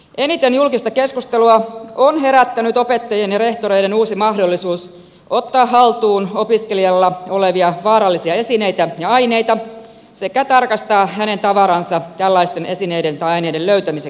eniten julkista keskustelua on herättänyt opettajien ja rehtoreiden uusi mahdollisuus ottaa haltuun opiskelijalla olevia vaarallisia esineitä ja aineita sekä tarkastaa hänen tavaransa tällaisten esineiden tai aineiden löytämiseksi